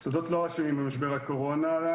המוסדות לא אשמים במשבר הקורונה,